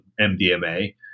MDMA